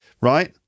right